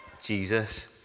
Jesus